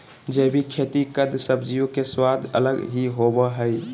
जैविक खेती कद सब्जियों के स्वाद अलग ही होबो हइ